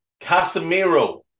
Casemiro